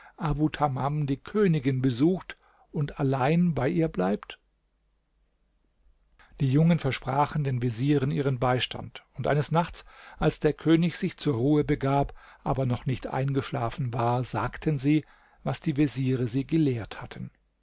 die königin besucht und allein bei ihr bleibt die jungen versprachen den vezieren ihren beistand und eines nachts als der könig sich zur ruhe begab aber noch nicht eingeschlafen war sagten sie was die veziere sie gelehrt hatten